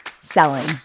selling